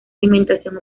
alimentación